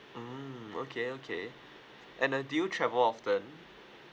mm okay okay and uh do you travel often